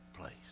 place